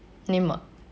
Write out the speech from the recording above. name what